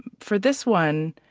for this one,